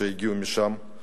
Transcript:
שהגיעו משם,